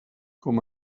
com